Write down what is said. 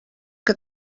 que